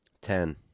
Ten